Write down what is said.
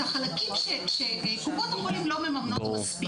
את החלקים שקופות החולים לא מממנות מספיק.